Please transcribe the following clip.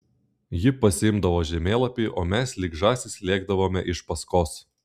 ji pasiimdavo žemėlapį o mes lyg žąsys lėkdavome iš paskos